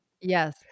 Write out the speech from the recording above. Yes